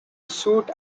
suit